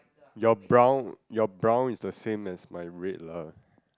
your brown your brown is the same as my red lah